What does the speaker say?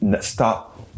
Stop